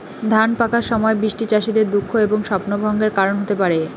ধান পাকার সময় বৃষ্টি চাষীদের দুঃখ এবং স্বপ্নভঙ্গের কারণ হতে পারে